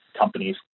companies